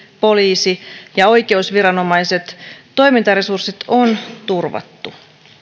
poliisi ja oikeusviranomaiset toimintaresurssit on turvattu